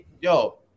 Yo